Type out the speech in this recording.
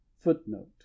footnote